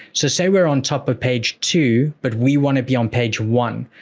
so say we're on top of page two, but we want to be on page one.